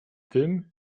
tym